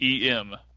EM